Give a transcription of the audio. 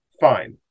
fine